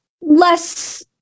less